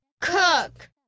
cook